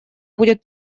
будет